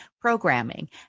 programming